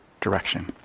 direction